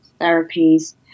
therapies